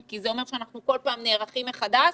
כי זה אומר שאנחנו כל פעם נערכים מחדש